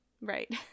Right